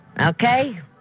Okay